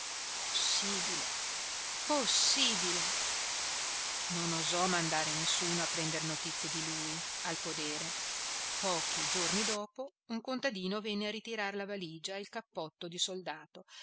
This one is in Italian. possibile possibile non osò mandare nessuno a prender notizie di lui al podere pochi giorni dopo un contadino venne a ritirar la valigia e il cappotto di soldato